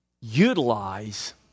utilize